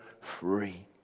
free